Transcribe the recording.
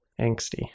angsty